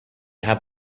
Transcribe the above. have